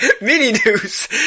Mini-news